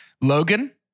Logan